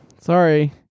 sorry